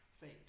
fate